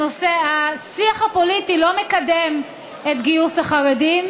השיח הפוליטי לא מקדם את גיוס החרדים,